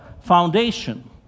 foundation